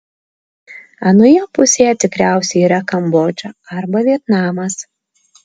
anoje pusėje tikriausiai yra kambodža arba vietnamas